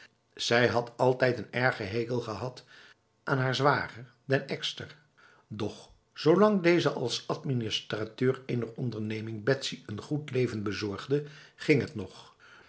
zij had altijd een erge hekel gehad aan haar zwager den ekster doch zolang deze als administrateur ener onderneming betsy een goed leven bezorgde ging het nog